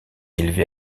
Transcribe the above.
élevé